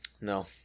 No